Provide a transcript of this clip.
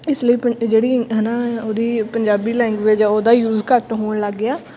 ਇਸ ਲਈ ਪੰ ਜਿਹੜੀ ਹੈ ਨਾ ਉਹਦੀ ਪੰਜਾਬੀ ਲੈਂਗੁਏਜ ਆ ਉਹਦਾ ਯੂਜ਼ ਘੱਟ ਹੋਣ ਲੱਗ ਗਿਆ